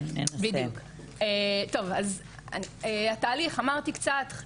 אז התהליך אמרתי קצת,